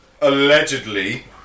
allegedly